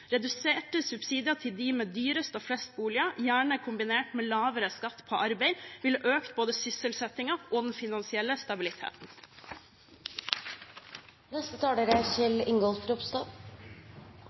Reduserte subsidier til dem med dyrest og flest boliger, gjerne kombinert med lavere skatt på arbeid, ville økt både sysselsettingen og den finansielle